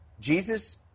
Jesus